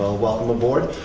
welcome aboard.